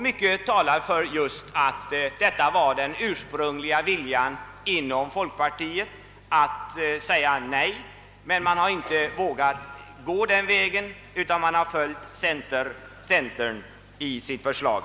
Mycket talar för att den ursprungliga viljan inom folkpartiet var att säga Nej, men man har inte vågat gå den vägen utan har följt centern i dess förslag.